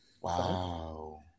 Wow